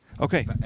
Okay